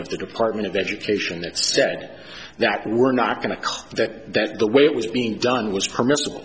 of the department of education that said that we're not going to that the way it was being done was permissible